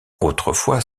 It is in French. autrefois